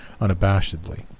unabashedly